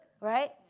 right